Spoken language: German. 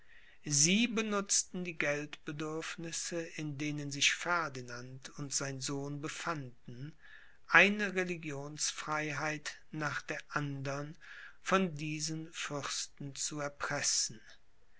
sie benutzten die geldbedürfnisse in denen sich ferdinand und sein sohn befanden eine religionsfreiheit nach der andern von diesen fürsten zu erpressen